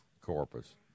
Corpus